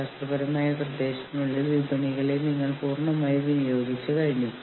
ചില കാര്യങ്ങൾ ചില നേട്ടങ്ങൾ ചില പോസിറ്റീവ് ബലപ്പെടുത്തലുകൾ എന്നിവ